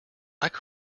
could